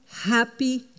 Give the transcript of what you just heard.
happy